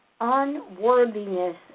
unworthiness